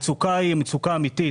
המצוקה היא מצוקה אמיתית.